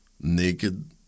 Naked